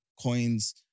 coins